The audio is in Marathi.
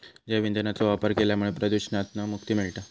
जैव ईंधनाचो वापर केल्यामुळा प्रदुषणातना मुक्ती मिळता